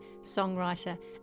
songwriter